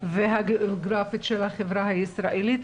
והגיאוגרפית של החברה הישראלית,